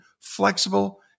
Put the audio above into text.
flexible